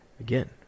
again